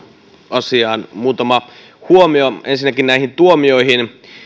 asiaan muutama huomio ensinnäkin näihin tuomioihin